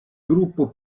gruppo